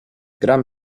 gram